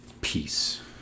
peace